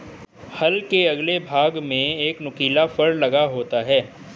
हल के अगले भाग में एक नुकीला फर लगा होता है